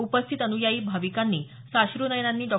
उपस्थित अनुयायी भाविकांनी साश्र्नयनांनी डॉ